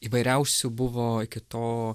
įvairiausių buvo iki to